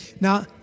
Now